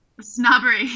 snobbery